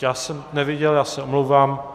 Já jsem neviděl, já se omlouvám.